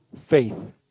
faith